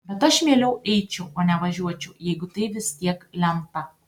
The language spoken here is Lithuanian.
bet aš mieliau eičiau o ne važiuočiau jeigu tai vis tiek lemta